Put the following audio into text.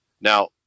Now